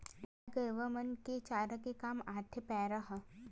गाय गरुवा मन के चारा के काम म आथे पेरा ह